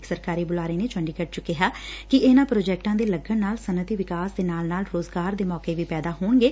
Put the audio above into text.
ਇਕ ਸਰਕਾਰੀ ਬੁਲਾਰੇ ਨੈਂ ਚੰਡੀਗੜ੍ਹ ਚ ਕਿਹਾ ਕਿ ਇਨ੍ਹਾਂ ਪ੍ਰੋਜੈਕਟਾਂ ਦੇ ਲੱਗਣ ਨਾਲ ਸਨੱਅਤੀ ਵਿਕਾਸ ਦੇ ਨਾਲ ਨਾਲ ਰੋਜ਼ਗਾਰ ਦੇ ਮੌਕੇ ਵੀ ਪੈਦਾ ਹੋਣਗੇ